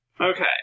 Okay